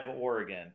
Oregon